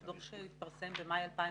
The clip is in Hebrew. הוא דוח שהתפרסם במאי 2011,